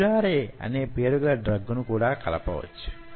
curare అనే పేరు గల డ్రగ్ ను కూడా కలపవచ్చు